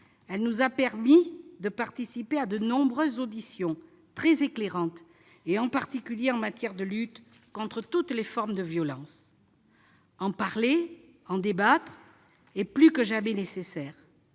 Elle nous a permis de participer à de nombreuses auditions très éclairantes, en particulier en matière de lutte contre toutes les formes de violences. En parler, en débattre est plus que jamais nécessaire.